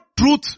truth